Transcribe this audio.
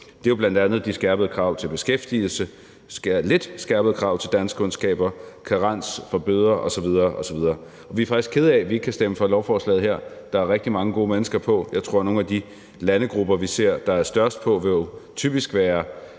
Det er jo bl.a. de skærpede krav til beskæftigelse, lidt skærpede krav til danskkundskaber, karens for bøder osv. osv. Vi er faktisk kede af, at vi ikke kan stemme for lovforslaget her. Der er rigtig mange gode mennesker på. Nogle af de landegrupper, vi ser der er størst på lovforslaget vil typisk være